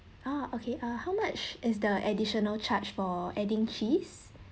ah okay uh how much is the additional charge for adding cheese